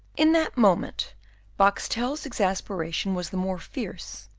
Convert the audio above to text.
in that moment boxtel's exasperation was the more fierce,